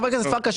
חברת הכנסת פרקש,